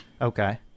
Okay